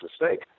mistake